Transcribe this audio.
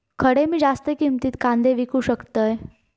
खडे मी जास्त किमतीत कांदे विकू शकतय?